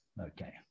Okay